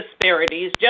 disparities